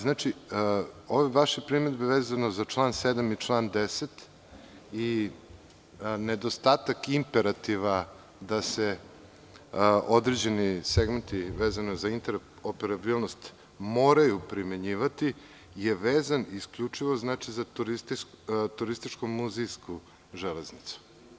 Znači, vaše primedbe vezane član 7. i član 10. i nedostatak imperativa da se određeni segmenti za interoperabilnost moraju primenjivati je vezan isključivo za turističko-muzejsku železnicu.